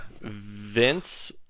Vince